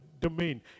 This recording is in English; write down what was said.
domain